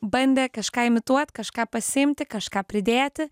bandė kažką imituot kažką pasiimti kažką pridėti